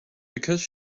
because